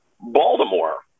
Baltimore